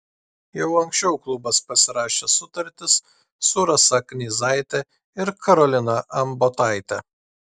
jau anksčiau klubas pasirašė sutartis su rasa knyzaite ir karolina ambotaite